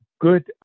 good